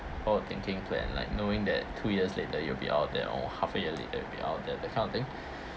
forward thinking to and like knowing that two years later you will be out of debt or half a year later you'll be out of debt that kind of thing